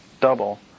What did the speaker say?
double